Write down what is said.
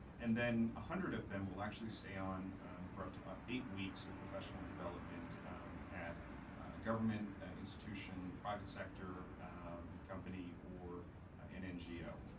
and then, a hundred of them will actually stay on for up to ah eight weeks of professional development at a government institution, private sector company, or an ngo.